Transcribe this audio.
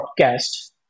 podcast